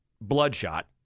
bloodshot